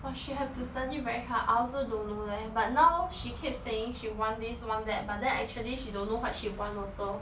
!wah! she have to study very hard I also don't know leh but now she keep saying she want this want that but then actually she don't know what she want also